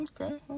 Okay